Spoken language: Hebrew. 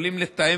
בלי טלפון נייד,